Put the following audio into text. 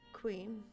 queen